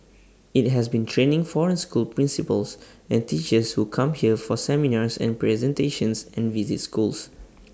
IT has been training foreign school principals and teachers who come here for seminars and presentations and visit schools